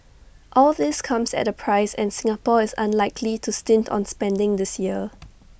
all this comes at A price and Singapore is unlikely to stint on spending this year